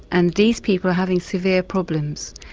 and these people are having severe problems.